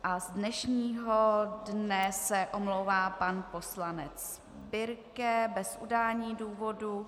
A z dnešního dne se omlouvá pan poslanec Birke bez udání důvodu.